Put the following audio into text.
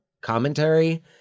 commentary